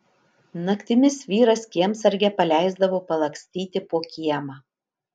naktimis vyras kiemsargę paleisdavo palakstyti po kiemą